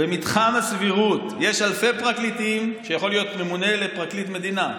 במתחם הסבירות שיכול להיות ממונה לפרקליט מדינה.